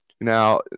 now